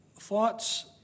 thoughts